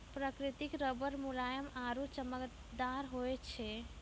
प्रकृतिक रबर मुलायम आरु चमकदार होय छै